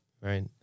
Right